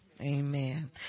amen